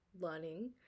learning